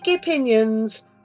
opinions